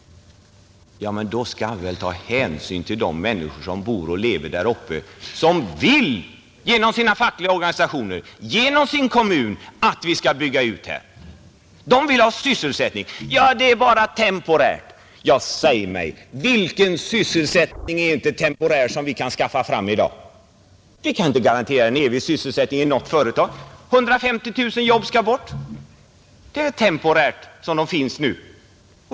Ja, men då skall vi väl ta hänsyn till de människor som bor och lever där uppe och som vill — det har de framfört genom sina fackliga organisationer och sin kommun =— att vi skall bygga ut. De vill ha sysselsättning. Det är bara temporärt de får det, invänder man då. Ja, säg mig: Vilken sysselsättning som vi kan skaffa fram i dag är inte temporär? Vi kan inte garantera en evig sysselsättning i något företag. 150 000 jobb skall bort. Det är temporärt som de finns nu.